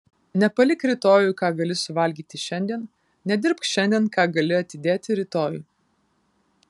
nepalik rytojui ką gali suvalgyti šiandien nedirbk šiandien ką gali atidėti rytojui